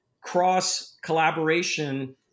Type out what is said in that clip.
cross-collaboration